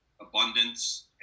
abundance